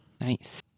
Nice